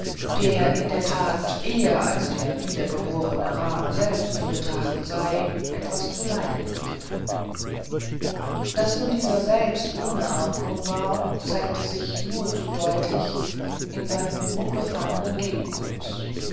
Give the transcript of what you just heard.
der in der tat eher als der wiedergeborene rm selber zu betrachten sei etwas zuleide zu tun daß nun dieser selbst ohne argwohn war zeigte sich nur zu deutlich in seinem unbefangenen